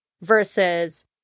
versus